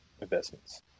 investments